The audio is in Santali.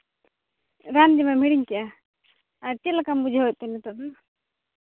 ᱨᱟᱱ ᱡᱚᱢᱮᱢ ᱦᱤᱲᱤᱧ ᱠᱟᱜᱼᱟ ᱟᱨ ᱪᱮᱫ ᱞᱮᱠᱟᱢ ᱵᱩᱡᱷᱟᱹᱣᱮᱫ ᱛᱮ ᱱᱤᱛᱚᱜ ᱫᱚ